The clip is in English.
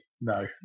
No